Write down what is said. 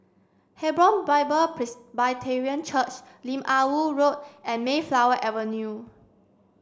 Hebron Bible Presbyterian Church Lim Ah Woo Road and Mayflower Avenue